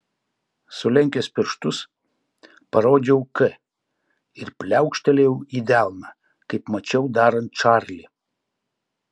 sulenkęs pirštus parodžiau k ir pliaukštelėjau į delną kaip mačiau darant čarlį